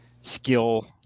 skill